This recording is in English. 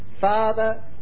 Father